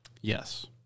Yes